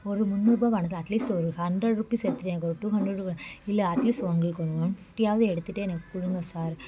ஒரு முந்நூறுபாவானது அட்லீஸ்ட் ஒரு ஹண்ட்ரட் ருப்பீஸ் எடுத்துட்டு எனக்கு ஒரு டூ ஹண்ட்ரட் இல்லை அட்லீஸ்ட் உங்களுக்கு ஒரு ஒன் ஃபிஃப்ட்டியாவது எடுத்துட்டு எனக்கு கொடுங்க சார்